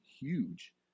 huge